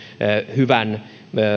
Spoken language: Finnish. hyvän